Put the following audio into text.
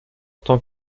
tant